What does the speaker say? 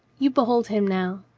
you behold him now,